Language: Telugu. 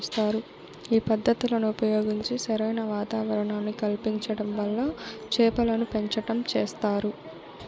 ఈ పద్ధతులను ఉపయోగించి సరైన వాతావరణాన్ని కల్పించటం వల్ల చేపలను పెంచటం చేస్తారు